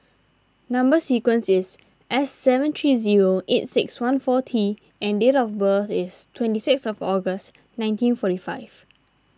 Number Sequence is S seven three zero eight six one four T and date of birth is twenty sixth August nineteen forty five